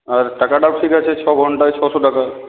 আর টাকাটাও ঠিক আছে ছ ঘণ্টায় ছশো টাকা